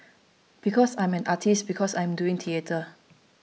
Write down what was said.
because I am an artist because I am doing theatre